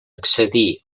accedir